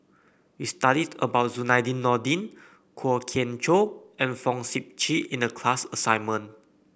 we studied about Zainudin Nordin Kwok Kian Chow and Fong Sip Chee in the class assignment